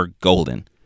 Golden